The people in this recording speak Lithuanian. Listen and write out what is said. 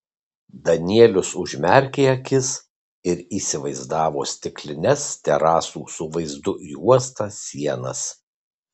danielius užmerkė akis ir įsivaizdavo stiklines terasų su vaizdu į uostą sienas